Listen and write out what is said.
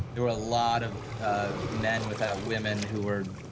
there were a lot of ah men without women who were,